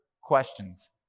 questions